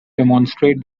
demonstrate